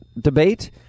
debate